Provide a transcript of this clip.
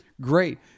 great